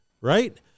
right